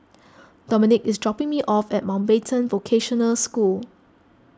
Dominic is dropping me off at Mountbatten Vocational School